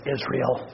Israel